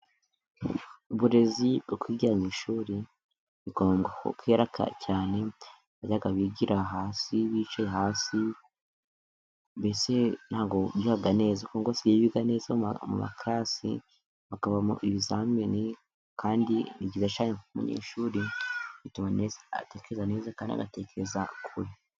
Uburezi bwo kwigira mu ishuri bigongo kera cyane bajyaga bigira hasi bicaye hasi mbese ntabwo bigaga neza ubu ngubu basigaye biga neza, mu makarasi bakabamo ibizamini kandi bigisha cyane umunyeshuri bituma atetekereza neza kandi anatekereza kure.